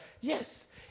Yes